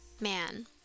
Man